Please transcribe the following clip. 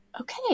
Okay